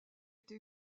été